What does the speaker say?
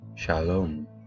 Shalom